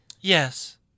Yes